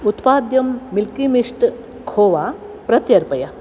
उत्पाद्यं milky mist खोवा प्रत्यर्पय